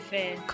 Fear